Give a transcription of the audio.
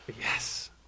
yes